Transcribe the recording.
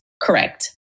correct